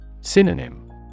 Synonym